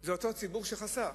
זה אותו ציבור שחסך,